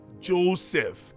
Joseph